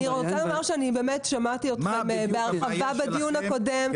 שמעתי אתכם בהרחבה בדיון הקודם,